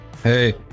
Hey